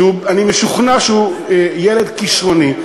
שאני משוכנע שהוא ילד כישרוני,